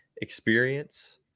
experience